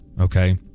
okay